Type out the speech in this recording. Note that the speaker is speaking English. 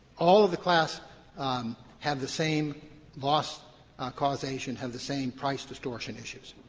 all of the class um have the same loss causation, have the same price distortion issues.